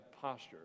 posture